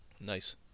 Nice